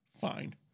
Fine